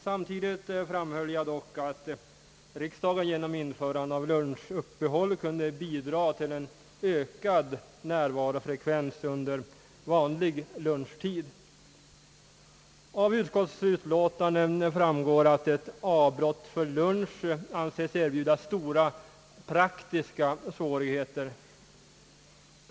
Samtidigt framhöll jag dock, att riksdagen genom införande av lunchuppehåll kunde bidra till en ökad närvaro under vanlig lunchtid. Av utskottsutlåtandet framgår att ett avbrott för lunch anses medföra stora praktiska svårigheter.